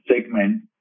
segment